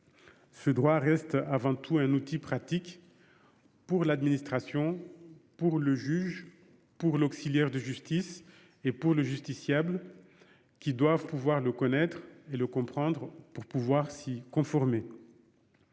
Ce droit est avant tout un outil pratique pour l'administration, pour le juge, pour l'auxiliaire de justice et pour le justiciable. Ils doivent être en mesure de le connaître et de le comprendre pour pouvoir s'y conformer.